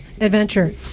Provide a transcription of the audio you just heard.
adventure